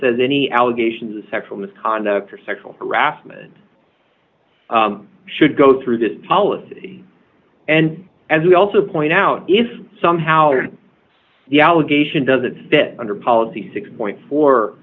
says any allegations of sexual misconduct or sexual harassment should go through this policy and as we also point out if somehow the allegation doesn't fit under policy six point four